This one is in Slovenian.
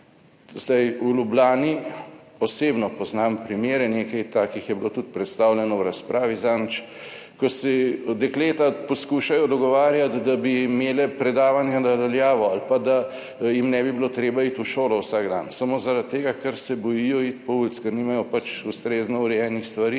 v Ljubljani... Osebno poznam primere, nekaj takih je bilo tudi predstavljeno v razpravi zadnjič, ko se dekleta poskušajo dogovarjati, da bi imele predavanja na daljavo ali pa, da jim ne bi bilo treba iti v šolo vsak dan samo zaradi tega, ker se bojijo iti po ulici, ker nimajo pač ustrezno urejenih stvari